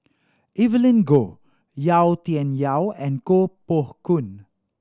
Evelyn Goh Yau Tian Yau and Koh Poh Koon